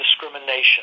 discrimination